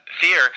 fear